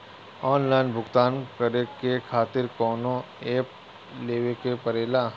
Online भुगतान करके के खातिर कौनो ऐप लेवेके पड़ेला?